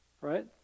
right